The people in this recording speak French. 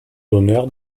l’honneur